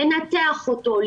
לנתח אותו,